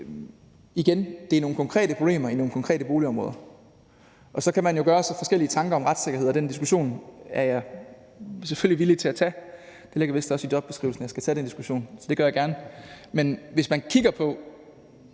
igen: Det er nogle konkrete problemer i nogle konkrete boligområder, og så kan man jo gøre sig forskellige tanker om retssikkerhed, og den diskussion er jeg selvfølgelig villig til at tage. Det ligger vist også i jobbeskrivelsen at skulle tage den diskussion, og det gør jeg gerne. Men hvis man kigger på